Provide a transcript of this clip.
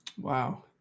Wow